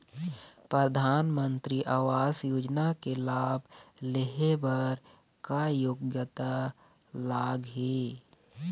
परधानमंतरी आवास योजना के लाभ ले हे बर का योग्यता लाग ही?